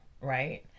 right